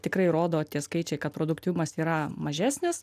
tikrai rodo tie skaičiai kad produktyvumas yra mažesnis